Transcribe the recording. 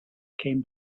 came